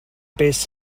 based